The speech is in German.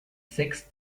sechs